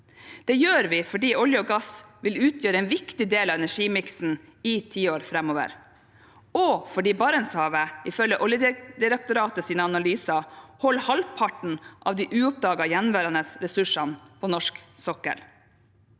Dette gjør vi fordi olje og gass vil utgjøre en viktig del av energimiksen i tiår framover, og fordi Barentshavet ifølge Oljedirektoratets analyser holder halvparten av de uoppdagede gjenværende ressursene på norsk sokkel.